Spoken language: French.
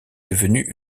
devenue